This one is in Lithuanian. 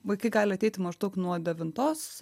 vaikai gali ateiti maždaug nuo devintos